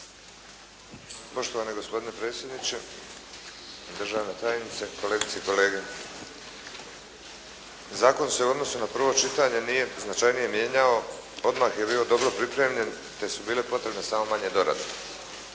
Poštovani gospodine predsjedniče, državna tajnice, kolegice i kolege. Zakon se u odnosu na prvo čitanje nije značajnije mijenjao, odmah je bio dobro pripremljen te su bile potrebne samo manje dorade.